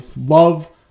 love